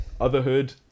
Otherhood